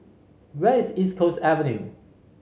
where is East Coast Avenue